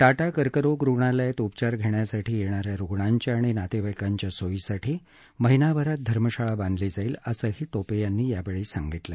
टाटा कर्करोग रुग्णालयात उपचार घेण्यासाठी येणाऱ्या रुग्णांच्या आणि नातेवाईकांच्या सोयीसाठी महिनाभरात धर्मशाळा बांधली जाईल असंही टोपे यांनी यावेळी सांगितलं